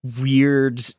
weird